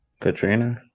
Katrina